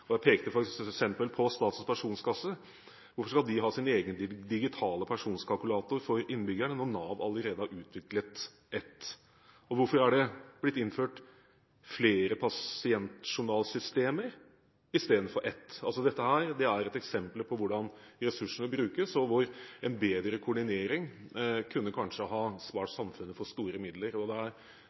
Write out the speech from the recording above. gang. Jeg pekte f.eks. på Statens pensjonskasse. Hvorfor skal de ha sin egen digitale pensjonskalkulator for innbyggerne når Nav allerede har utviklet en? Hvorfor er det blitt innført flere pasientjournalsystemer i stedet for ett? Dette er eksempler på hvordan ressursene brukes og hvor en bedre koordinering kanskje kunne spart samfunnet for store midler.